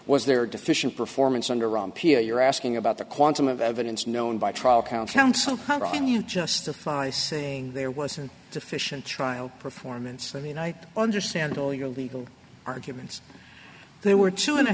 was there deficient performance under rumpy you're asking about the quantum of evidence known by trial counsel can you justify saying there wasn't sufficient trial performance i mean i understand all your legal arguments there were two and a